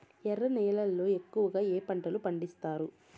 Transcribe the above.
ఎర్ర నేలల్లో ఎక్కువగా ఏ పంటలు పండిస్తారు